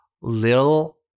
little